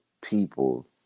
people